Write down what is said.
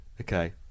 okay